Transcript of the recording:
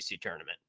tournament